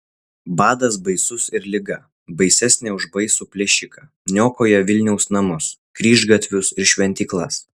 badas baisus ir liga baisesnė už baisų plėšiką niokoja vilniaus namus kryžgatvius ir šventyklas